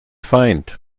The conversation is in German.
feind